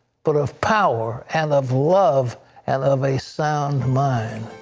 but of power and of love and of a sound mind.